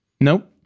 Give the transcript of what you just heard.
Nope